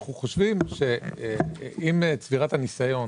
אנחנו חושבים שעם צבירת הניסיון